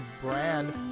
brand